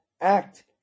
act